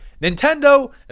Nintendo